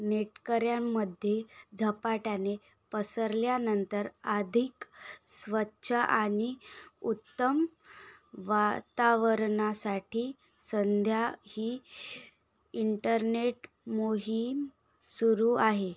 नेटकऱ्यांमध्ये झपाट्याने पसरल्यानंतर अधिक स्वच्छ आणि उत्तम वातावरणासाठी सध्या ही इंटरनेट मोहीम सुरू आहे